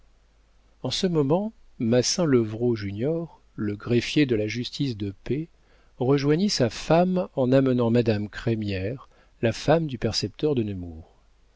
en ce moment massin levrault junior le greffier de la justice de paix rejoignit sa femme en amenant madame crémière la femme du percepteur de